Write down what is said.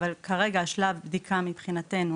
אבל כרגע שלב הבדיקה מבחינתנו